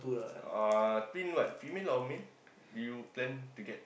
uh twin what female or male you plan to get